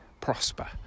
prosper